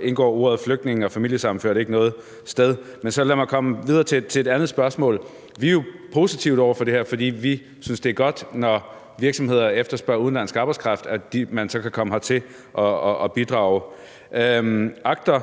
indgår ordene flygtninge og familiesammenførte ikke noget sted. Lad mig så gå videre til et andet spørgsmål. Vi er positive over for det her, fordi vi synes, det er godt, at man, når virksomheder efterspørger udenlandsk arbejdskraft, kan komme hertil og bidrage. Agter